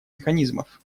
механизмов